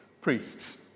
priests